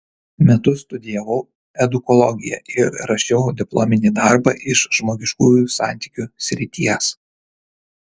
metus studijavau edukologiją ir rašiau diplominį darbą iš žmogiškųjų santykių srities